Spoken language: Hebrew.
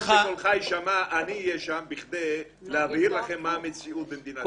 במקום שקולך ישמע אני אהיה שם בכדי להבהיר לכם מה המציאות במדינת ישראל.